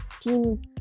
team